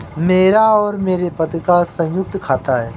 मेरा और मेरे पति का संयुक्त खाता है